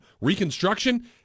reconstruction